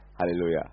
Hallelujah